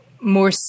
more